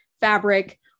fabric